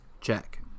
check